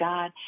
God